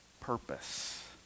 purpose